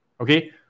okay